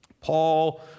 Paul